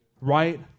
right